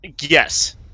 Yes